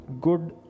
good